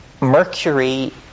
Mercury